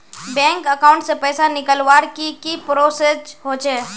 Bank account से पैसा निकालवर की की प्रोसेस होचे?